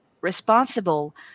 responsible